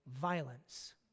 violence